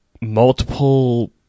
multiple